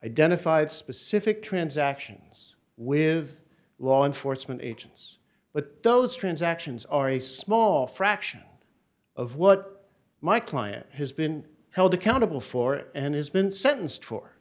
identified specific transactions with law enforcement agents but those transactions are a small fraction of what my client has been held accountable for and has been sentenced for